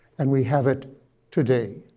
and we have it today.